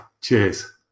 cheers